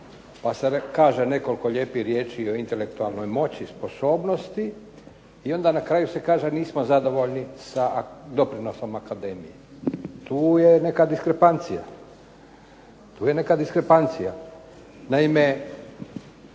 pa se kaže nekoliko lijepih riječi o intelektualnoj moći, sposobnosti i onda na kraju se kaže nismo zadovoljni sa doprinosom akademije. Tu je neka diskrepancija. Naime ja bih htio da se